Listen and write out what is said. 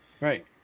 Right